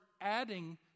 adding